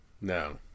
No